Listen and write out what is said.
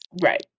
right